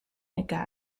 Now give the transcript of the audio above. nagai